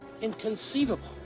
Inconceivable